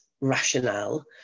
rationale